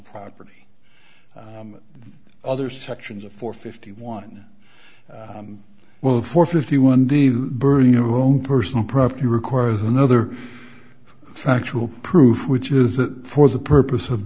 property or other sections of four fifty one well for fifty one burning your own personal property requires another factual proof which is that for the purpose of